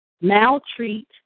maltreat